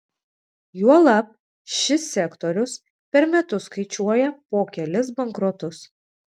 juolab šis sektorius per metus skaičiuoja po kelis bankrotus